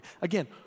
Again